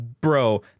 bro